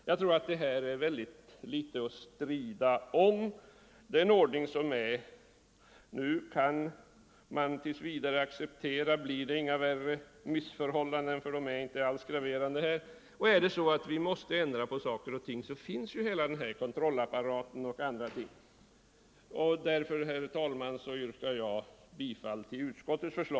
Jag tror att detta är mycket litet att strida om. Den ordning som nu finns kan tills vidare accepteras. Uppstår det inga värre missförhållanden än nu — de är inte alls graverande — kan vi behålla den. Och är det så att vi måste ändra på förhållandena finns hela kontrollapparaten att ta till. Därför, herr talman, yrkar jag bifall till utskottets hemställan.